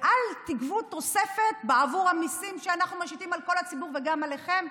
ואל תגבו תוספת בעבור המיסים שאנחנו משיתים על כל הציבור וגם עליכם.